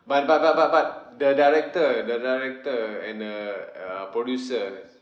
but but but but but the director the director and err uh producer